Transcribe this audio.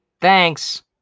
Thanks